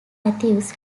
matthews